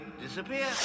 disappear